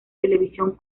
televisión